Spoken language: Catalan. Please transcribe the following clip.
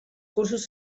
cursos